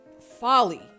folly